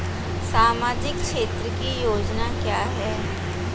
सामाजिक क्षेत्र की योजना क्या है?